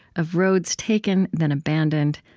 of roads taken then abandoned,